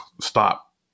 stop